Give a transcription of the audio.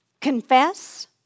Confess